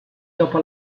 dopo